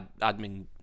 admin –